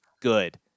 good